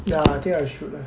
ya I think I should